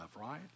right